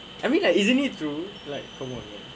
I mean like isn't it true like